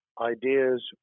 ideas